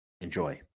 Enjoy